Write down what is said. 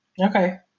Okay